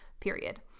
period